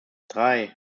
drei